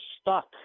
stuck